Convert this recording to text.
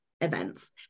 events